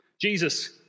Jesus